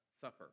suffer